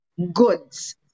goods